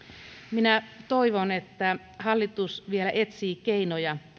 minä toivon että hallitus vielä etsii keinoja